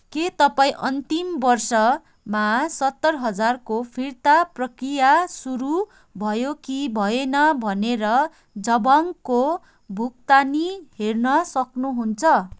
के तपाईं अन्तिम वर्षमा सत्तर हजारको फिर्ता प्रक्रिया सुरु भयो कि भएन भनेर जाबोङ्गको भुकतानी हेर्न सक्नुहुन्छ